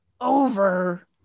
over